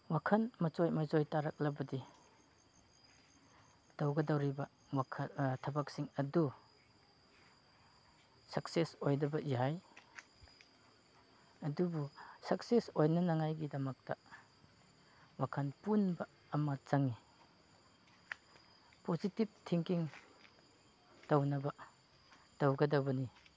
ꯋꯥꯈꯜ ꯃꯆꯣꯏ ꯃꯆꯣꯏ ꯇꯥꯔꯛꯂꯕꯗꯤ ꯇꯧꯒꯗꯧꯔꯤꯕ ꯋꯥꯈꯜ ꯊꯕꯛꯁꯤꯡ ꯑꯗꯨ ꯁꯛꯁꯦꯁ ꯑꯣꯏꯗꯕ ꯌꯥꯏ ꯑꯗꯨꯕꯨ ꯁꯛꯁꯦꯁ ꯑꯣꯏꯅꯅꯉꯥꯏꯒꯤꯗꯃꯛꯇ ꯋꯥꯈꯜ ꯄꯨꯟꯕ ꯑꯃ ꯆꯪꯉꯤ ꯄꯣꯖꯤꯇꯤꯞ ꯊꯤꯡꯀꯤꯡ ꯇꯧꯅꯕ ꯇꯧꯒꯗꯕꯅꯤ